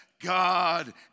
God